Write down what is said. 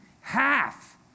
Half